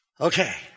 Okay